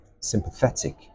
sympathetic